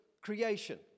creation